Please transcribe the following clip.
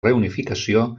reunificació